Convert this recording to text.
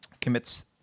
commits